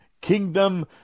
kingdom